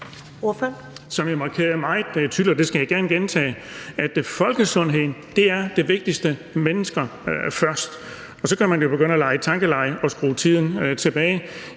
folkesundheden det vigtigste – mennesker først. Og så kan man jo begynde at lege tankelege og skrue tiden tilbage: